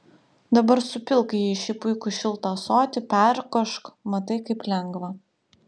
dabar supilk jį į šį puikų šiltą ąsotį perkošk matai kaip lengva